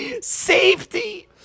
Safety